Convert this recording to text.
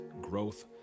growth